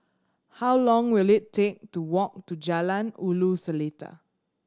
how long will it take to walk to Jalan Ulu Seletar